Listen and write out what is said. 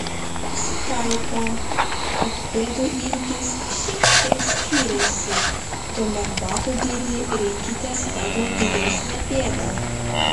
pasitaiko kad pėdų ilgis šiek tiek skiriasi tuomet batų dydį rinkitės pagal didesnę pėdą